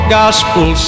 gospel